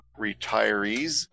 retirees